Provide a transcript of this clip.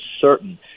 certain